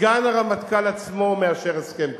סגן הרמטכ"ל עצמו מאשר הסכם כזה.